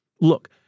Look